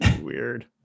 weird